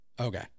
Okay